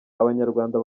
abanyarwanda